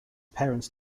parents